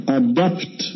adapt